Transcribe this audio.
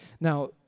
Now